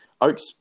oaks